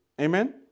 Amen